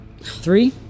three